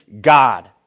God